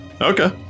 Okay